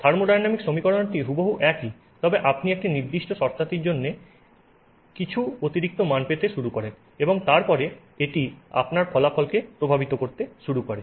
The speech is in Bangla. থার্মোডাইনামিক সমীকরণটি হুবহু একই তবে আপনি একটি নির্দিষ্ট শর্তাদির জন্য কিছু অতিরিক্ত মান পেতে শুরু করেন এবং তারপরে এটি আপনার ফলাফলকে প্রভাবিত করতে শুরু করে